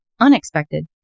unexpected